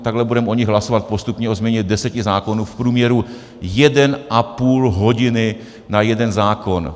Takhle budeme o nich hlasovat postupně, o změně deseti zákonů, v průměru jeden a půl hodiny na jeden zákon.